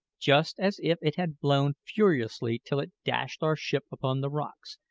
just as if it had blown furiously till it dashed our ship upon the rocks,